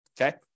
Okay